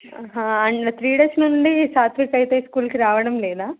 and three days నుండి సాత్విక్ అయితే స్కూల్కి రావడం లేదా